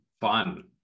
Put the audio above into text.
fun